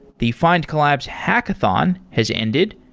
the findcollabs hackathon has ended.